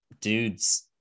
dude's